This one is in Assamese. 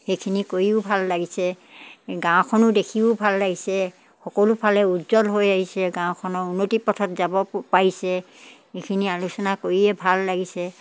সেইখিনি কৰিও ভাল লাগিছে গাঁওখনো দেখিও ভাল লাগিছে সকলোফালে উজ্জ্বল হৈ আহিছে গাঁওখনৰ উন্নতিৰ পথত যাব পাৰিছে এইখিনি আলোচনা কৰিয়ে ভাল লাগিছে